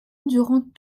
durant